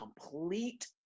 complete